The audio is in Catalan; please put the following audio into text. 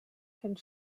fent